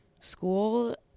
school